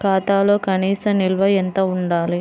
ఖాతాలో కనీస నిల్వ ఎంత ఉండాలి?